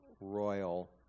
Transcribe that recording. royal